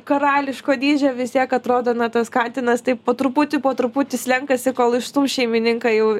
karališko dydžio vis tiek atrodo na tas katinas taip po truputį po truputį slenkasi kol išstums šeimininką jau